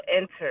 enter